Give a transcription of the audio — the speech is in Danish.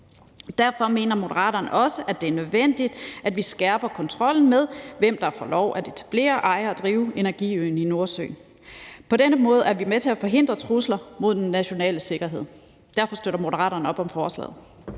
Derfor mener Moderaterne også, at det er nødvendigt, at vi skærper kontrollen med, hvem der får lov til at etablere, eje og drive energiøen i Nordsøen. På denne måde er vi med til at forhindre trusler mod den nationale sikkerhed. Derfor støtter Moderaterne forslaget.